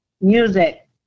Music